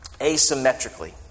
Asymmetrically